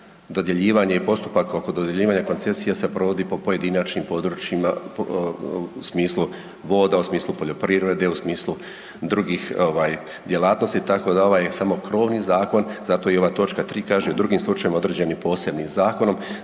dodjeljivanje i postupak oko dodjeljivanja koncesija se provodi po pojedinačnim područjima u smislu voda, u smislu poljoprivrede, u smislu drugih ovaj djelatnosti tako da ovaj samo krovni zakon, zato i ova točka 3. kaže u drugim slučajevima određenim posebnim zakonom,